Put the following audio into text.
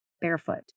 barefoot